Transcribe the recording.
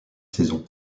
saison